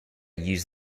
use